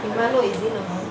ইমানো ইজি নহয়